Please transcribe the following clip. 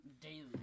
Daily